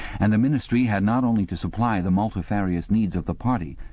and the ministry had not only to supply the multifarious needs of the party,